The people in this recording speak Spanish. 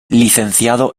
licenciado